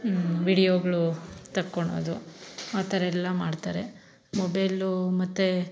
ವಿಡಿಯೋಗಳು ತಕ್ಕೊಳೋದು ಆ ಥರ ಎಲ್ಲ ಮಾಡ್ತಾರೆ ಮೊಬೈಲು ಮತ್ತು